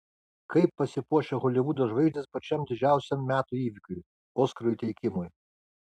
kaip pasipuošia holivudo žvaigždės pačiam didžiausiam metų įvykiui oskarų įteikimui